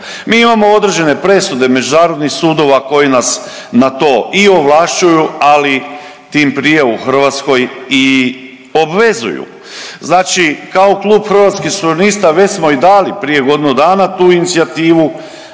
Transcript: Mi imamo određene presude međunarodnih sudova koji nas na to i ovlašću, ali tim prije u Hrvatskoj i obvezuju. Znači kao Klub Hrvatskih suverenista već smo i dali prije godinu dana tu inicijativu